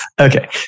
Okay